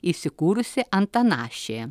įsikūrusi antanašė